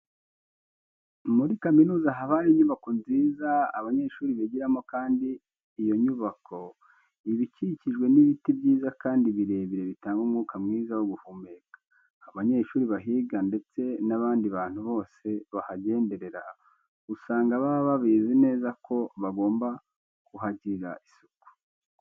Muri kaminuza haba hari inyubako nziza abanyeshuri bigiramo kandi iyo nyubako iba ikikijwe n'ibiti byiza kandi birebire bitanga umwuka mwiza wo guhumeka. Abanyeshuri bahiga ndetse n'abandi bantu bose bahagenderera, usanga baba babizi neza ko bagomba kuhagirira isuku.